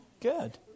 Good